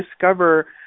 discover